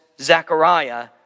Zechariah